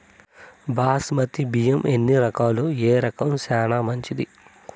బాస్మతి బియ్యం ఎన్ని రకాలు, ఏ రకం చానా మంచిది?